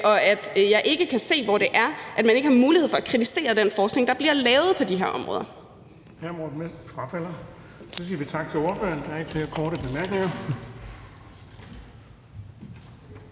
og at jeg ikke kan se, hvor det er, man ikke har mulighed for kritisere den forskning, der bliver lavet på de her områder.